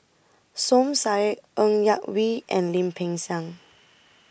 Som Said Ng Yak Whee and Lim Peng Siang